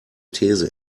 these